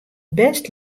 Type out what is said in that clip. bêst